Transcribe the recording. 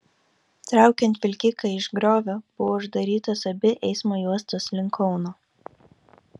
traukiant vilkiką iš griovio buvo uždarytos abi eismo juostos link kauno